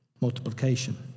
multiplication